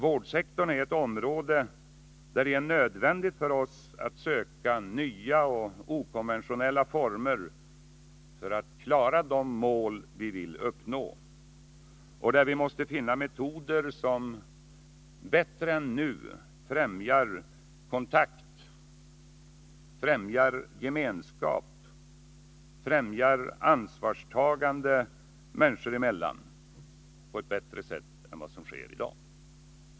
Vårdsektorn är ett område där det är nödvändigt för oss att söka nya och okonventionella former för att klara de mål vi vill uppnå och där vi måste finna metoder som bättre främjar kontakt, gemenskap och ansvarstagande mellan människor än vad som nu är fallet.